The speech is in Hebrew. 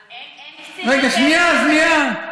אין, שנייה, שנייה.